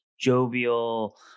jovial